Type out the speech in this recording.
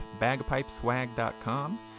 bagpipeswag.com